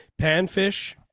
Panfish